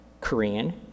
Korean